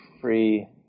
free